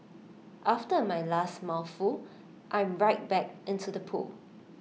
after my last mouthful I'm right back into the pool